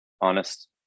honest